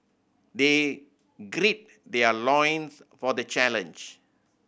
they gird their loins for the challenge